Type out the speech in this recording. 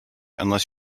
unless